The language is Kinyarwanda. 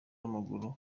w’amaguru